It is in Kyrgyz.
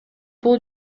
бул